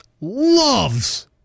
loves